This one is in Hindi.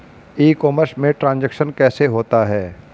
ई कॉमर्स में ट्रांजैक्शन कैसे होता है?